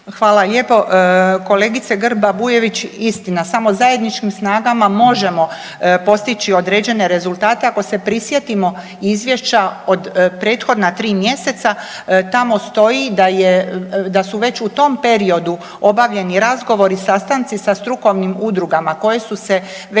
Hvala lijepo. Kolegice Grba-Bujević istina, samo zajedničkim snagama možemo postići određene rezultate. Ako se prisjetimo izvješća od prethodna tri mjeseca tamo stoji da su već u tom periodu obavljeni razgovori, sastanci sa strukovnim udrugama koje su se već